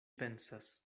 pensas